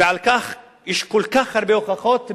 ולכך יש כל כך הרבה הוכחות,